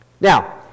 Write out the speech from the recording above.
Now